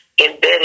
embedded